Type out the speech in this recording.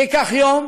זה ייקח יום,